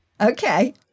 okay